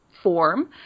form